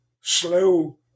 slow